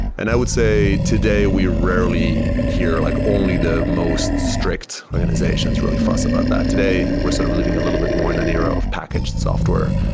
and i would say today we rarely hear like only the most strict organizations really fuzz about that. today, we're sort of living a little bit more in an era of packaged software.